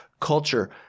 culture